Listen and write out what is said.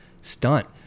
stunt